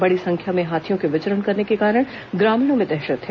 बड़ी संख्या में हाथियों के विचरण करने के कारण ग्रामीणों में दहशत है